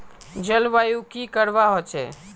जलवायु की करवा होचे?